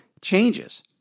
changes